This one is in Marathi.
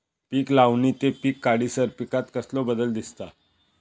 पीक लावणी ते पीक काढीसर पिकांत कसलो बदल दिसता?